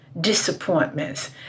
disappointments